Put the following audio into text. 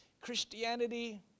Christianity